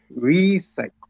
Recycle